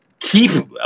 Keep